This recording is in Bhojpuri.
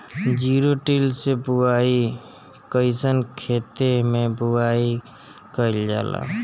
जिरो टिल से बुआई कयिसन खेते मै बुआई कयिल जाला?